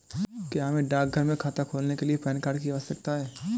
क्या हमें डाकघर में खाता खोलने के लिए पैन कार्ड की आवश्यकता है?